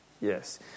Yes